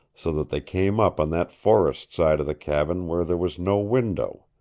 so that they came up on that forest side of the cabin where there was no window.